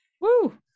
Woo